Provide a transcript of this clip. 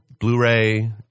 Blu-ray